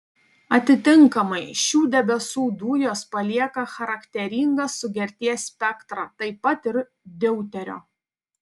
atitinkamai šių debesų dujos palieka charakteringą sugerties spektrą taip pat ir deuterio